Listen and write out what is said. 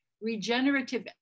Regenerative